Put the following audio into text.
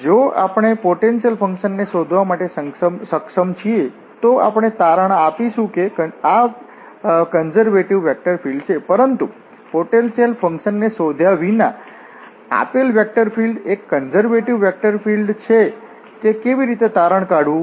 જો આપણે potential function ને શોધવા માટે સક્ષમ છીએ તો આપણે આ તારણ આપીશું કે આ કન્ઝર્વેટિવ વેક્ટર ફીલ્ડ્ છે પરંતુ પોટેન્શિયલ ફંકશન ને શોધ્યા વિના આપેલ વેક્ટર ફિલ્ડ એક કન્ઝર્વેટિવ વેક્ટર ફીલ્ડ્ છે તે કેવી રીતે તારણ કાઢવું